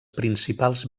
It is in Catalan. principals